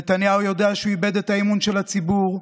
נתניהו יודע שהוא איבד את האמון של הציבור,